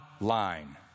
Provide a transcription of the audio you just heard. line